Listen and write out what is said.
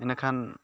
ᱤᱱᱟᱹ ᱠᱷᱟᱱ